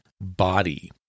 body